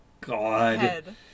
God